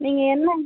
நீங்கள் என்ன